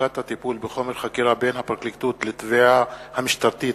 (חלוקת הטיפול בחומר חקירה בין הפרקליטות לתביעה המשטרתית),